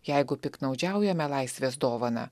jeigu piktnaudžiaujame laisvės dovana